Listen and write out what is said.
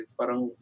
parang